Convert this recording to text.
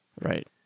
Right